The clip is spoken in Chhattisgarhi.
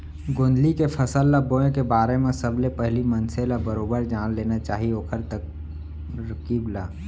गोंदली के फसल ल बोए के बारे म सबले पहिली मनसे ल बरोबर जान लेना चाही ओखर तरकीब ल